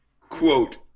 Quote